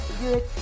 good